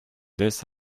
this